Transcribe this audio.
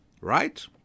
right